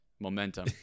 momentum